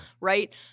Right